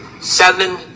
Seven